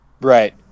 Right